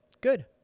good